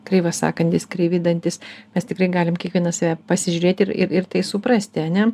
kreivas sąkandis kreivi dantys mes tikrai galim kiekvienas į save pasižiūrėti ir ir tai suprasti ar ne